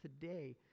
today